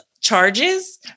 charges